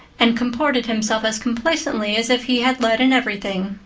and comported himself as complacently as if he had led in everything.